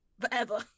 forever